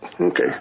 Okay